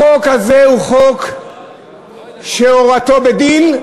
החוק הזה הורתו בדין,